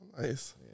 Nice